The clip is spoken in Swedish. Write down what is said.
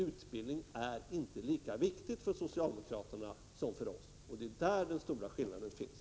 Utbildning är inte lika viktig för socialdemokraterna som för oss. Det är där den stora skillnaden finns.